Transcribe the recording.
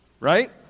right